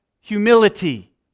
humility